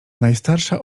najstarsza